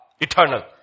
Eternal